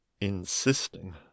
Insisting